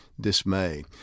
dismay